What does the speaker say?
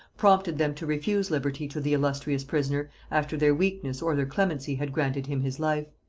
prompted them to refuse liberty to the illustrious prisoner after their weakness or their clemency had granted him his life.